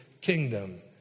kingdom